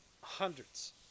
hundreds